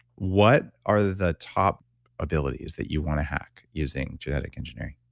what are the top abilities that you want to hack using genetic engineering?